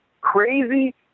crazy